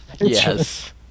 Yes